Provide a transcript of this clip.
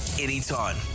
anytime